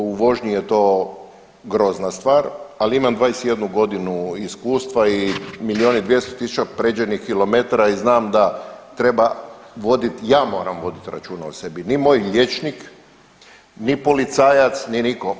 U vožnji je to grozna stvar, ali imam 21 godinu iskustava i milion i 200.000 pređenih kilometara i znam da treba voditi, ja moram voditi računa o sebi, ni moj liječnik, ni policajac, ni nitko.